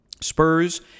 Spurs